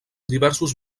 diversos